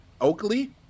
Oakley